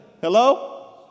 Hello